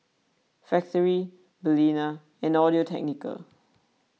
Factorie Balina and Audio Technica